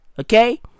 okay